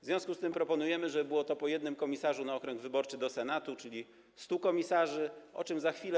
W związku z tym proponujemy, żeby było to po jednym komisarzu na okręg wyborczy do Senatu, czyli 100 komisarzy, o czym za chwilę.